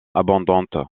abondante